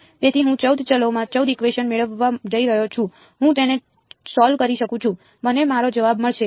તેથી હું 14 ચલોમાં 14 ઇકવેશન મેળવવા જઈ રહ્યો છું હું તેને સોલ્વ કરી શકું છું મને મારો જવાબ મળશે